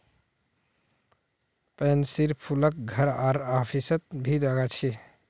पैन्सीर फूलक घर आर ऑफिसत भी लगा छे